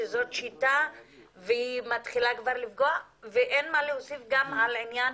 שזאת שיטה והיא מתחילה כבר לפגוע ואין מה להוסיף גם על עניין